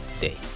day